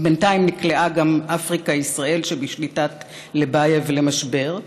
בינתיים נקלעה גם אפריקה ישראל שבשליטת לבייב למשבר,